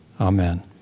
Amen